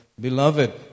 beloved